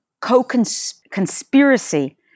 co-conspiracy